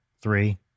Three